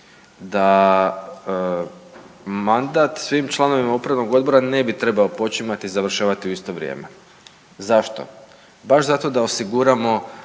da mandat svim članovima upravnog odbora ne bi trebao počimati i završavati u isto vrijeme. Zašto? Baš zato da osiguramo